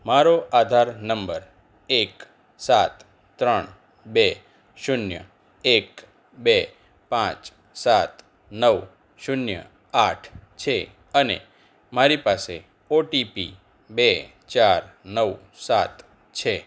મારો આધાર નંબર એક સાત ત્રણ બે શૂન્ય એક બે પાંચ સાત નવ શૂન્ય આઠ છે અને મારી પાસે ઓટીપી બે ચાર નવ સાત છે